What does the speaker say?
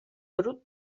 brut